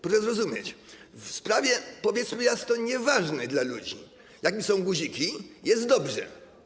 Proszę zrozumieć, w sprawie, powiedzmy jasno, nieważnej dla ludzi, jaką są guziki, jest dobrze.